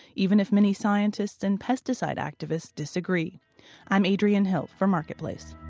even if many scientists and pesticide activists disagree i'm adriene hill for marketplace